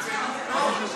מה זה משנה?